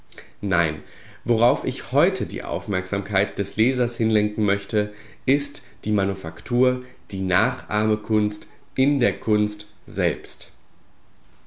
nein worauf ich heute die aufmerksamkeit des lesers hinlenken möchte ist die manufaktur die nachahmekunst in der kunst selbst